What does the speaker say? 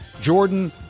Jordan